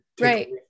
Right